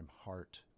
heart